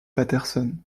patterson